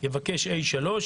יבקש A3,